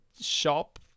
shop